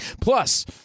Plus